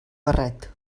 barret